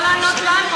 לא לענות לנו,